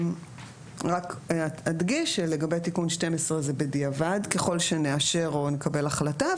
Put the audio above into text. רק אדגיש שלגבי תיקון 12 זה בדיעבד ככל שנאשר או נקבל החלטה,